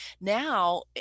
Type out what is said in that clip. now